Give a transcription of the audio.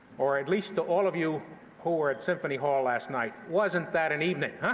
or at least to all of you who were at symphony hall last night. wasn't that an evening,